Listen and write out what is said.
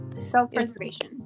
self-preservation